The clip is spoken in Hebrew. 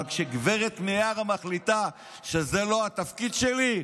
אבל כשגב' מיארה מחליטה שזה לא התפקיד שלי,